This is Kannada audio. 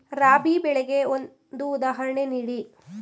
ರಾಬಿ ಬೆಳೆಗೆ ಒಂದು ಉದಾಹರಣೆ ನೀಡಿ